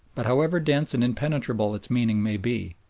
but however dense and impenetrable its meaning may be,